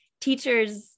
teachers